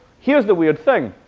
here's the weird thing.